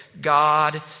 God